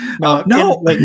No